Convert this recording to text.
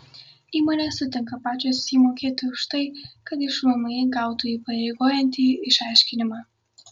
įmonės sutinka pačios jį mokėti už tai kad iš vmi gautų įpareigojantį išaiškinimą